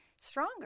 stronger